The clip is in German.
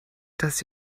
dass